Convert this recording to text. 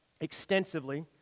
extensively